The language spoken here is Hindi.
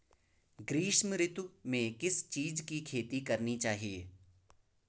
ग्रीष्म ऋतु में किस चीज़ की खेती करनी चाहिये?